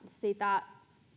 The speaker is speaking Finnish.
sitä